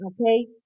Okay